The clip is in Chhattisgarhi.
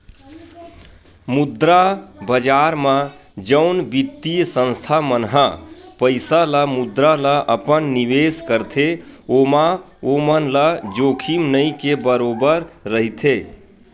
मुद्रा बजार म जउन बित्तीय संस्था मन ह पइसा ल मुद्रा ल अपन निवेस करथे ओमा ओमन ल जोखिम नइ के बरोबर रहिथे